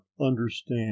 understand